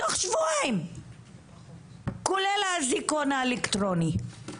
כולל האזיקון האלקטרוני.